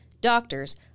doctors